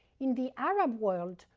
in the arab world,